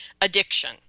addiction